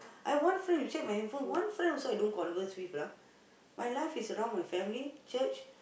I one friend you check my handphone one friend also I don't converse with my life is around my family church